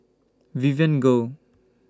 Vivien Goh